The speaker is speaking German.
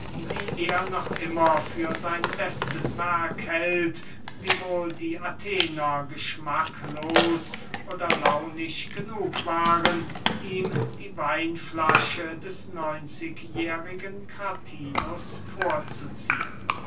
die er noch immer für sein bestes werk hält wiewohl die athener geschmacklos oder launisch genug waren ihm die weinflasche des neunzigjährigen kratinus vorzuziehen